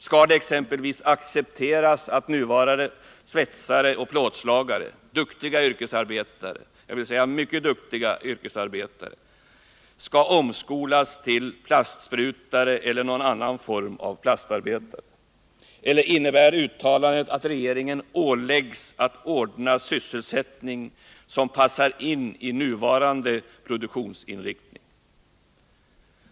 Skall det exempelvis accepteras att nuvarande svetsare och plåtslagare — mycket duktiga yrkesarbetare — måste omskolas till plastsprutare eller någon annan form av plastarbetare, eller innebär uttalandet att regeringen åläggs att ordna 139 sysselsättning som svarar mot nuvarande produktionsinriktning?